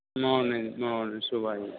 morning morning ਸੁਬਾਹ